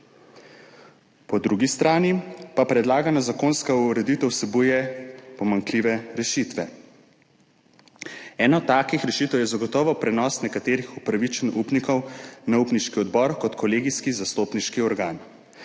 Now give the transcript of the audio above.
Po drugi strani pa predlagana zakonska ureditev vsebuje pomanjkljive rešitve. Ena od takih rešitev je zagotovo prenos nekaterih upravičenj upnikov na upniški odbor kot kolegijski zastopniški organ.